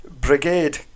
brigade